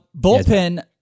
bullpen